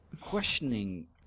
Questioning